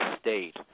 state